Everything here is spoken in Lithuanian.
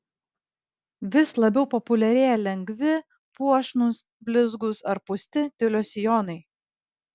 vis labiau populiarėja lengvi puošnūs blizgūs ar pūsti tiulio sijonai